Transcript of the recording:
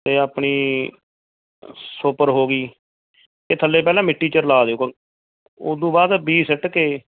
ਅਤੇ ਆਪਣੀ ਸੁਪਰ ਹੋ ਗਈ ਇਹ ਥੱਲੇ ਪਹਿਲਾਂ ਮਿੱਟੀ 'ਚ ਰਲਾ ਦਿਓ ਓਦੂੰ ਬਾਅਦ ਬੀਜ ਸੁੱਟ ਕੇ